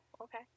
okay